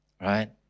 right